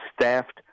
staffed